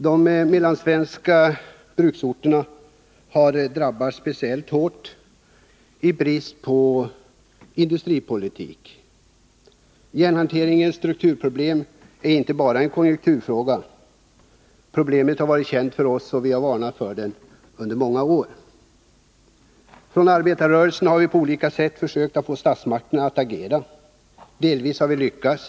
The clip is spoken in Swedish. De mellansvenska bruksorterna har drabbats speciellt hårt, i brist på industripolitik. Järnhanteringens strukturproblem är inte bara en konjunkturfråga. Problemet har varit känt för oss och vi har varnat för det under många år. Från arbetarrörelsen har vi på olika sätt försökt att få statsmakten att agera. Delvis har vi lyckats.